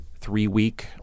three-week